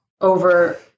over